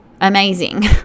amazing